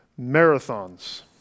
marathons